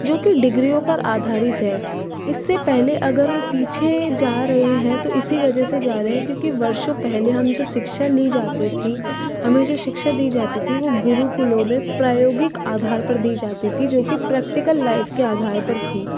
जो कि डिग्रियों पर आधारित है इससे पहले अगर हम पीछे जा रहे हैं तो इसी वजह से जा रहे हैं क्योंकि वर्षों पहले हम जो शिक्षा ली जाती थी हमें जो शिक्षा दी जाती थी वो गुरुकुलों में प्रायोगिक आधार पर दी जाती थी जो कि प्रैक्टिकल लाइफ के आधार पर थी